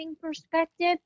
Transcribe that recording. perspective